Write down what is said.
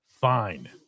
fine